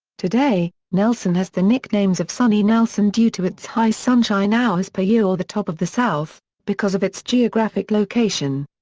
today, nelson has the nicknames of sunny nelson due to its high sunshine hours per year or the top of the south because of its geographic location.